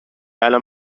الآن